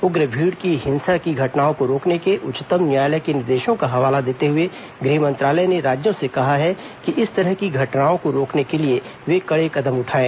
उग्र भीड़ की हिंसा की घटनाओं को रोकने के उच्चतम न्यायालय के निर्देशों का हवाला देते हुए गृह मंत्रालय ने राज्यों से कहा है कि इस तरह की घटनाओं को रोकने के लिए ये कड़े कदम उठाये